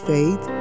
Faith